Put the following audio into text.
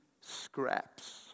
scraps